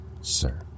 sir